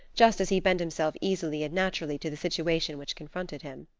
just as he bent himself easily and naturally to the situation which confronted him.